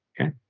okay